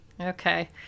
Okay